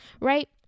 right